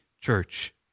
church